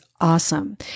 awesome